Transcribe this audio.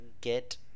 get